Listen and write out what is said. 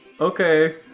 Okay